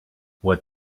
what